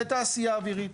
לתעשייה האווירית.